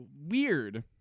Weird